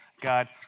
God